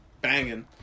banging